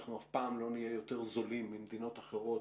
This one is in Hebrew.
אנחנו אף פעם לא נהיה יותר זולים ממדינות אחרות